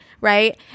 Right